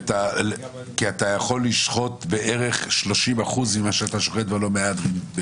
אתה יכול לשחוט בערך 30% ממה שאתה שוחט ולא מהדרין.